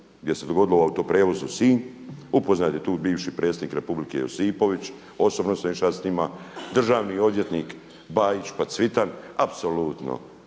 gdje se dogodilo u autoprijevozu Sinj, upoznat je tu bivši predsjednik Republike Josipović, osobno sam išao s njima, državni odvjetnik Bajić pa Cvitan. Apsolutno